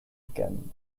again